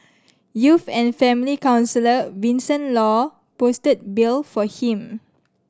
youth and family counsellor Vincent Law posted bail for him